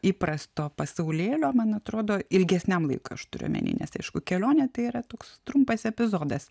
įprasto pasaulėlio man atrodo ilgesniam laikui aš turiu omeny nes aišku kelionė tai yra toks trumpas epizodas